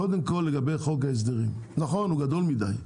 קודם כל לגבי חוק ההסדרים, נכון הוא גדול מידי.